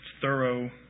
thorough